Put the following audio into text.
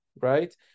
right